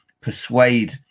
persuade